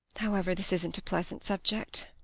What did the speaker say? however, this isn't a pleasant subject